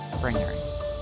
bringers